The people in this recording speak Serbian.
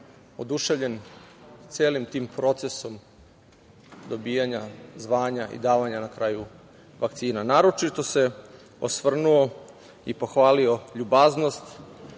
oduševljen celim tim procesom dobijanja zvanja i davanja na kraju vakcina. Naročito se osvrnuo i pohvalio ljubaznost,